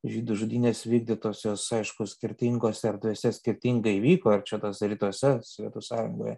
žydų žudynės vykdytos jos aišku skirtingose erdvėse skirtingai vyko ir čia tos rytuose sovietų sąjungoje